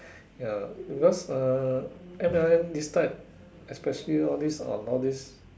ya because uh M_L_M this type especially all this on all this